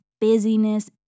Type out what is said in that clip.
busyness